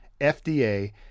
FDA